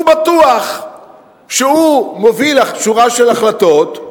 הוא בטוח שהוא מוביל שורה של החלטות,